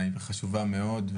חשובה מאוד,